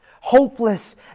hopeless